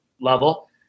level